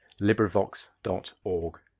LibriVox.org